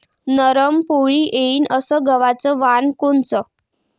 नरम पोळी येईन अस गवाचं वान कोनचं?